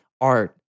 art